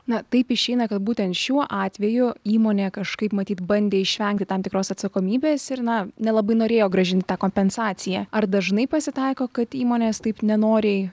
na taip išeina kad būtent šiuo atveju įmonė kažkaip matyt bandė išvengti tam tikros atsakomybės ir na nelabai norėjo grąžinti tą kompensaciją ar dažnai pasitaiko kad įmonės taip nenoriai